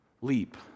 leap